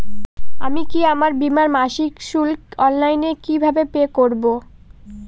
আমি কি আমার বীমার মাসিক শুল্ক অনলাইনে কিভাবে পে করব?